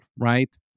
right